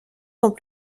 sont